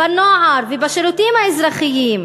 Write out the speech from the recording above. בנוער ובשירותים האזרחיים.